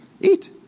Eat